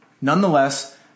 Nonetheless